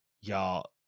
y'all